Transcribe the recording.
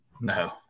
No